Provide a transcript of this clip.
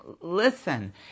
listen